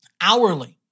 hourly